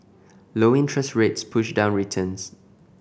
low interest rates push down returns